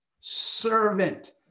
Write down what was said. servant